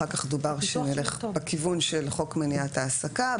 אחר כך דובר על כך שנלך בכיוון של חוק מניעת העסקה.